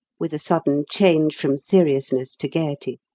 with a sudden change from seriousness to gaiety,